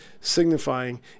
signifying